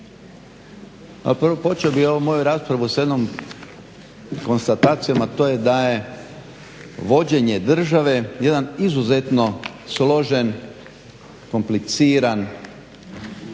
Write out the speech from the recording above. a počeo bih ovu moju raspravu s jednom konstatacijom, a to je da je vođenje države jedan izuzetno složen kompliciran